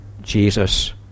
Jesus